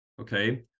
okay